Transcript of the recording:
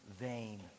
vain